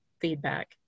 feedback